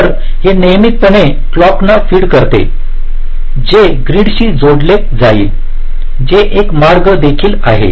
तर हे नियमितपणे क्लॉक ना फीड करते जे ग्रीड शी जोडले जाईल जे एक मार्ग देखील आहे